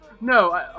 No